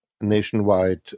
nationwide